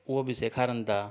उओ बि सेखारनि था